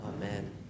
Amen